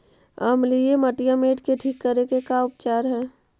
अमलिय मटियामेट के ठिक करे के का उपचार है?